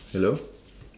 hello